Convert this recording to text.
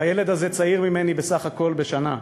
והילד הזה צעיר ממני בסך הכול בשנה.